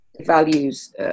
values